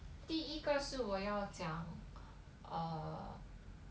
第一个是我要讲 err